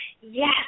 yes